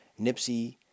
Nipsey